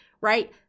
right